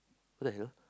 what the hell